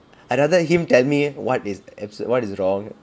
I'd rather him tell me what is what is wrong